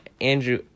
Andrew